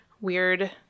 weird